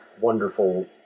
wonderful